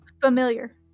Familiar